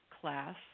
class